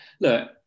look